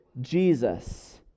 Jesus